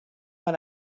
mei